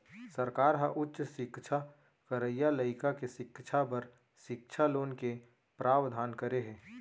सरकार ह उच्च सिक्छा करइया लइका के सिक्छा बर सिक्छा लोन के प्रावधान करे हे